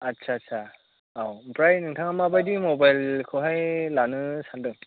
आच्चा आच्चा औ ओमफ्राय नोंथाङा माबायदि मबाइलखौहाय लानो सानदों